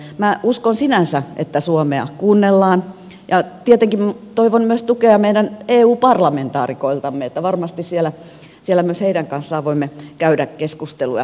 minä uskon sinänsä että suomea kuunnellaan ja tietenkin toivon myös tukea meidän eu parlamentaarikoiltamme että varmasti siellä myös heidän kanssaan voimme käydä keskusteluja